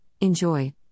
enjoy